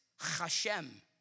Hashem